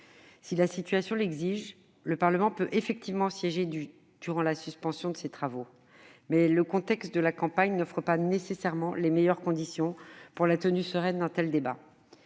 Si la situation l'exige, le Parlement peut effectivement siéger durant la suspension de ses travaux, mais le contexte de la campagne n'offre pas nécessairement les meilleures conditions pour la tenue sereine d'un tel débat.